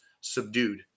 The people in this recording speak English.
subdued